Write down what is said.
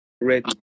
ready